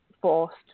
forced